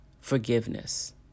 forgiveness